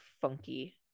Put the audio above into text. funky